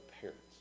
parents